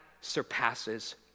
surpasses